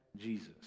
Jesus